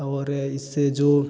और इससे जो